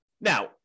Now